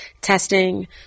testing